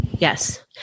Yes